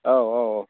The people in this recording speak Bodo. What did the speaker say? औ औ औ